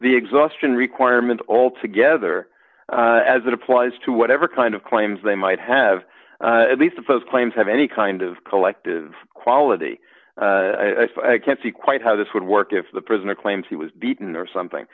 the exhaustion requirement altogether as it applies to whatever kind of claims they might have these supposed claims have any kind of collective quality i can't see quite how this would work if the prisoner claims he was beaten or something